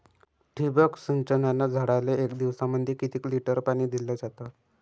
ठिबक सिंचनानं झाडाले एक दिवसामंदी किती लिटर पाणी दिलं जातं?